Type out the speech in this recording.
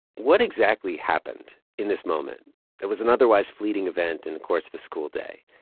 what exactly happened in this moment that was an otherwise fleeting event in the course of school day?